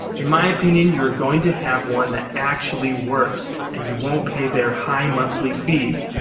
in my opinion you are going to have one that actually works and you won't pay their high monthly fee's.